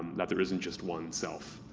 that there isn't just one self.